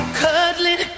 cuddling